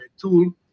tool